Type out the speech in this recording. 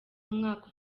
umwaka